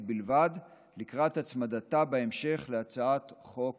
בלבד לקראת הצמדתה בהמשך להצעת חוק